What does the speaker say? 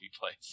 place